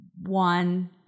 One